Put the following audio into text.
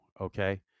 Okay